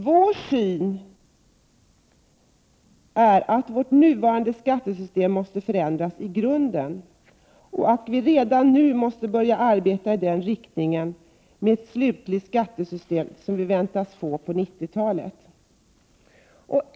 Vår syn är att vårt nuvarande skattesystem måste förändras i grunden och att vi redan nu måste börja arbeta i riktning mot det slutliga skattesystem som vi väntas få på 1990-talet.